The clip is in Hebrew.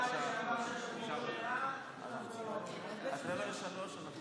תוצאות ההצבעה: 42 בעד, 31 נגד.